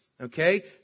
okay